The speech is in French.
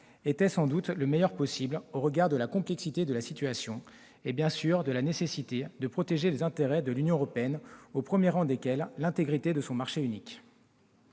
était sans doute le meilleur possible au regard de la complexité de la situation et, bien sûr, de la nécessité de protéger les intérêts de l'Union européenne, au premier chef l'intégrité de son marché unique.